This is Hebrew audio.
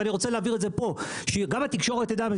ואני רוצה להבהיר את זה פה שגם התקשורת תדע: